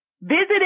visited